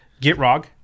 Gitrog